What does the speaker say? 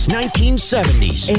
1970s